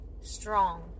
strong